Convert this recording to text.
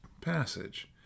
passage